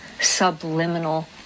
subliminal